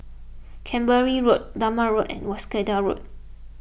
Canberra Road Dunman Road and Wolskel Road